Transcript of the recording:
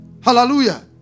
Hallelujah